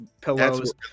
pillows